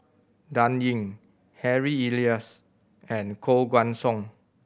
Dan Ying Harry Elias and Koh Guan Song